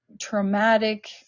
traumatic